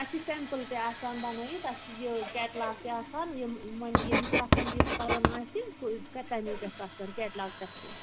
اَسہِ چھِ سیٚمپُل تہِ آسان بنٲوِتھ تَتھ چھِ یہِ کیٚٹلاگ تہِ آسان یِم ؤنۍ ییٚمِس پسنٛد یُس کَرُن آسہِ سُہ کَرِ تمی پٮ۪ٹھ پسنٛد کیٚٹلاگہٕ پٮ۪ٹھ تہِ